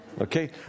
Okay